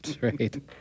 Right